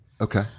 Okay